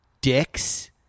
dicks